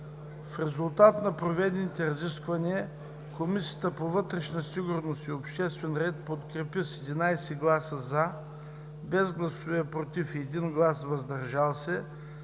В резултат на проведените разисквания Комисията по вътрешна сигурност и обществен ред подкрепи с 11 гласа „за“, без гласове „против“ и 1 глас „въздържал се“